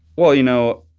well, you know,